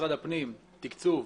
במשרד הפנים, תקצוב.